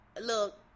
look